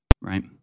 right